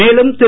மேலும் திரு